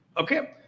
Okay